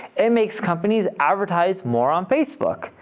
it makes companies advertise more on facebook.